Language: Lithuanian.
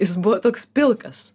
jis buvo toks pilkas